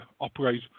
operate